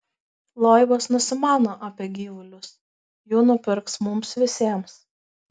loibas nusimano apie gyvulius jų nupirks mums visiems